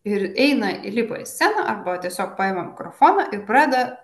ir eina lipa į sceną arba tiesiog paima mikrofoną ir pradeda